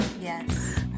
Yes